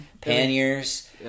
panniers